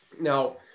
Now